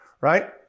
right